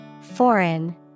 Foreign